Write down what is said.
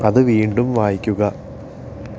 അത് വീണ്ടും വായിക്കുക